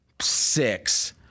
six